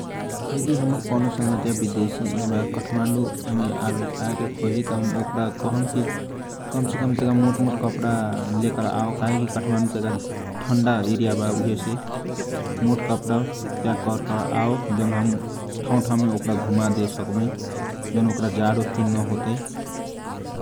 यदी हमर कौनो सङ्गतीया बिदेश छे इहबा काठमानडु आएके खोजी हम ओकरा कहम की कमसे कम मोट मोट कपडा लेकर आव काहे की काठमानडु तइका ठन्डा एरिया बा उहे से मोट कपडा व्याक करके आव जौन हम ठाउँ ठाउँमे ओकरा घुमादे सकबई जौन ओकरा जाडो फिल नहोताइ |